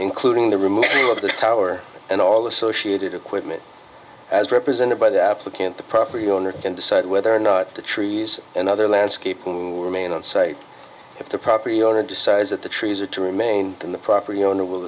including the removal of the tower and all associated equipment as represented by the applicant the property owner can decide whether or not the trees and other landscaping will remain on site if the property owner decides that the trees are to remain in the property owner